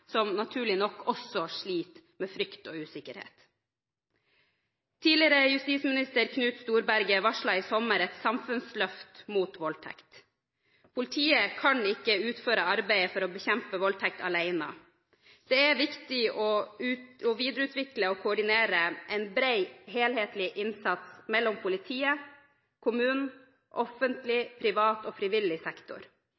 som naturlig nok også sliter med frykt og usikkerhet. Tidligere justisminister Knut Storberget varslet i sommer et samfunnsløft mot voldtekt. Politiet kan ikke utføre arbeidet for å bekjempe voldtekt alene. Det er viktig å videreutvikle og koordinere en bred helhetlig innsats mellom politiet, kommunen og offentlig,